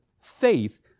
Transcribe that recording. faith